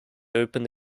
opened